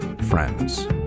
friends